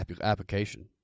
application